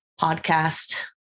podcast